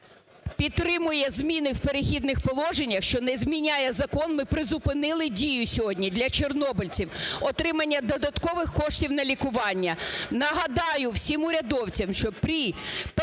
підтримує зміни в "Перехідних положеннях", що не зміняє закон, ми призупинили дію сьогодні для чорнобильців отримання додаткових коштів для лікування. Нагадаю всім урядовцям, що при пенсії